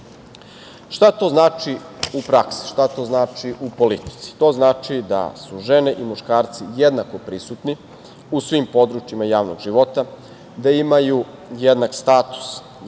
to znači u praksi, šta to znači u politici? To znači da su žene i muškarci jednako prisutni u svim područjima javnog života, da imaju jednak status, jednake